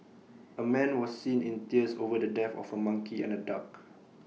A man was seen in tears over the death of A monkey and A duck